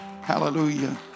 Hallelujah